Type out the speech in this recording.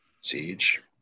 Siege